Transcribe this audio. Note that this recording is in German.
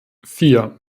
vier